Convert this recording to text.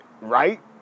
right